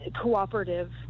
cooperative